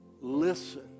listen